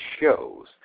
shows